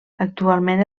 actualment